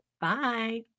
Bye